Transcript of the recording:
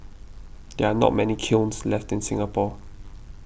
there are not many kilns left in Singapore